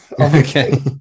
okay